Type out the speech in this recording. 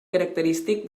característic